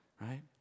Right